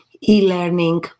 e-learning